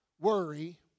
Worry